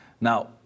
Now